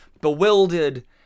bewildered